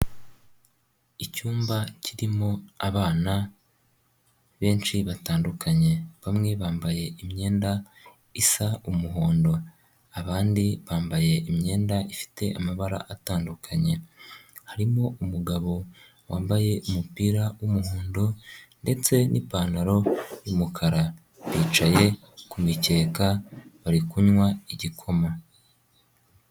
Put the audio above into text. Icyumba kirimo abana benshi batandukanye bamwe bambaye imyenda isa umuhondo abandi bambaye imyenda ifite amabara atandukanye, harimo umugabo wambaye umupira w'umuhondo ndetse n'ipantaro y'umukara bicaye ku micyeka bari kunywa igikoma.